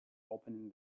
opening